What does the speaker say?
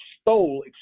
stole